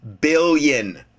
billion